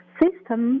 system